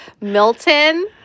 Milton